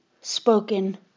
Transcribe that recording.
spoken